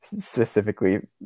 specifically